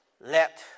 let